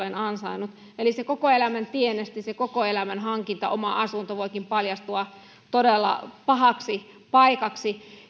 on ansainnut eli se koko elämän tienesti se koko elämän hankinta oma asunto voikin paljastua todella pahaksi paikaksi